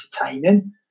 entertaining